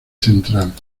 central